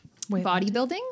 bodybuilding